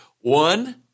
One